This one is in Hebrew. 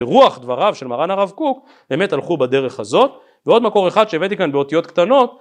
ברוח דבריו של מרן הרב קוק באמת הלכו בדרך הזאת ועוד מקור אחד שהבאתי כאן באותיות קטנות..